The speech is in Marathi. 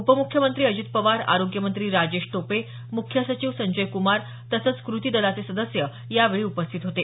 उपमुख्यमंत्री अजित पवार आरोग्यमंत्री राजेश टोपे मुख्य सचिव संजय कुमार तसंच कृती दलाचे सदस्य यावेळी उपस्थित होते